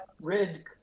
red